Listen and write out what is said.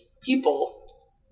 people